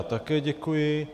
Také děkuji.